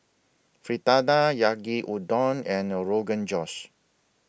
Fritada Yaki Udon and Rogan Josh